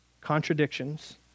contradictions